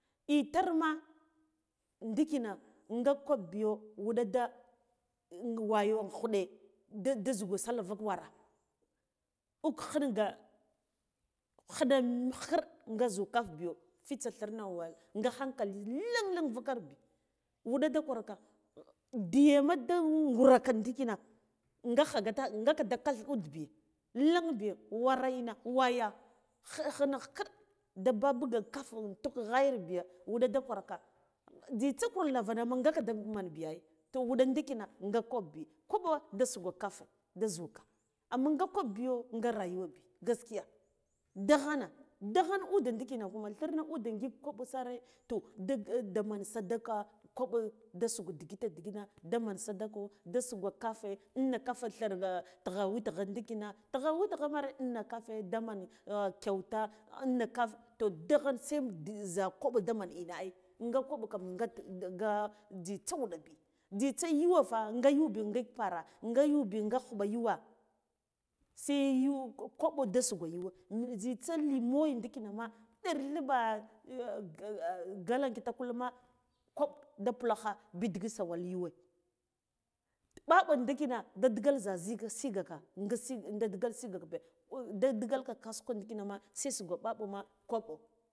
Itama ndikina nga kwab biyo wuɗah wayo nkuɗe nda nɗe zugro sallah vuk warah uk klinga klina mit klileral nga zu kaf biyo fitsa thrna waya nga hankali lenleng vukar bi wuɗe nɗa kwarka diyena ndanguraka ndikina ngaka gath ud biya leng biya warr ina waya klina khikira da babuga kaf in tugh ghayar biya wuɗa da kwarka jzitsa kur larana ma nga kandamen biya ai toh wuɗe ndikina nga kwiɓ bi kwiɓo da sugoka kafe de zuka amma nga kwab biyo nga rayuwabi gaskiya dighana nda men ude rayuwibi gaskiya dighana nda men ude ndikina kun thirna ude agik kwaɓo sare toh nde digite ndigina daman sadako da sukoka kafe inna kafe thirgaka tigha witgha ndikina tugha witghe mare ina kafe damen kyuta inna kaf to daghen sedamen ja kwab zimen ina ai nga kwab kana nga nga tsitsa wuɗi bi jzita yuwafa nga ynu bi nga ban nga yun bi nga khuɓi yuwa se yu kwaba de sugwa bugwa jzita lida ya ndikina ma ɗari dhilɓe galen kitakul ma kwab da pulakha bidigit suwal yuwe mɓaɓi ndikina nga digil za zi sigaka nga siga nga dijal sigabi nde digal ka kasuwa ndikina ma se sukwa mɓiɓoma kaɓal.